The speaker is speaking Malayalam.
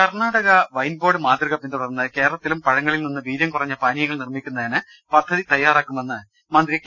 കർണാടക വൈൻ ബോർഡ് മാതൃക പിന്തുടർന്ന് കേരളത്തിലും പഴങ്ങളിൽ നിന്നും വീര്യം കുറഞ്ഞ പാനീയങ്ങൾ നിർമ്മിക്കുന്നതിന് പദ്ധതി തയ്യാറാക്കുമെന്ന് മന്ത്രി കെ